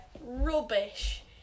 rubbish